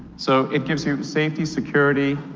so it gives you safety, security,